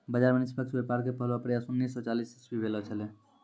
बाजार मे निष्पक्ष व्यापार के पहलो प्रयास उन्नीस सो चालीस इसवी भेलो छेलै